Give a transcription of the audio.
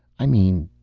i mean.